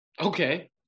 Okay